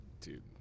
Dude